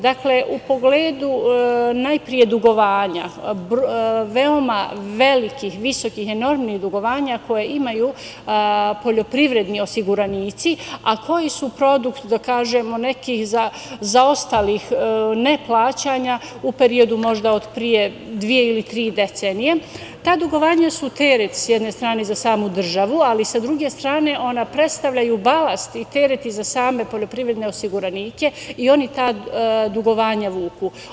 Dakle, u pogledu, najpre dugovanja, veoma velikih visokih, enormnih dugovanja koja imaju poljoprivredni osiguranici, a koji su produkt, da kažemo nekih, zaostalih neplaćanja u periodu možda od pre dve ili tri decenije, ta dugovanja su teret sa jedne strane teret za samu državu, ali sa druge strane ona predstavljaju balast i teret za same poljoprivredne osiguranike, i oni ta dugovanja vuku.